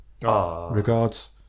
Regards